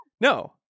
No